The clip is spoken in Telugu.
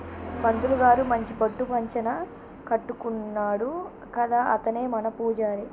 పంతులు గారు మంచి పట్టు పంచన కట్టుకున్నాడు కదా అతనే మన పూజారి